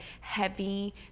heavy